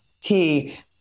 tea